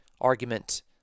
argument